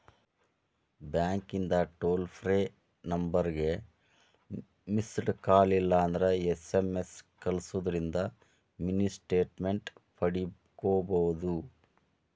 ಬ್ಯಾಂಕಿಂದ್ toll free ನಂಬರ್ಗ missed call ಇಲ್ಲಂದ್ರ ಎಸ್.ಎಂ.ಎಸ್ ಕಲ್ಸುದಿಂದ್ರ ಮಿನಿ ಸ್ಟೇಟ್ಮೆಂಟ್ ಪಡ್ಕೋಬೋದು